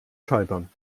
scheitern